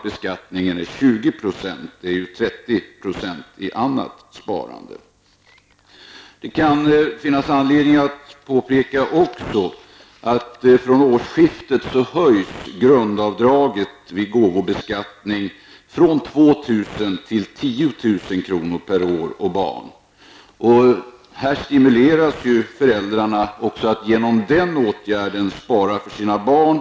Beskattningen vid allemanssparande är Det finns även anledning att påpeka att från årsskiftet höjs grundavdraget vid gåvobeskattning från 2 000 kr. till 10 000 kr. per år och barn. Här stimuleras föräldrarna att också genom denna åtgärd spara för sina barn.